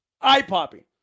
eye-popping